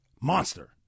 Monster